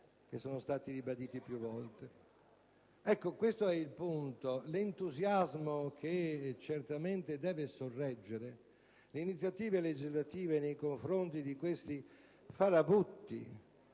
che sono stati ribaditi più volte. Ecco, questo è il punto. L'entusiasmo che certamente deve sorreggere le iniziative legislative nei confronti di questi farabutti